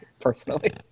Personally